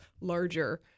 larger